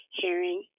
hearing